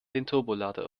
turbolader